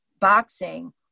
boxing